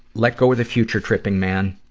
let go of the future-tripping, man.